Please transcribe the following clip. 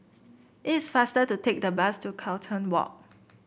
it is faster to take the bus to Carlton Walk